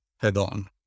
head-on